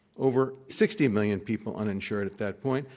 over sixty million people uninsured at that point,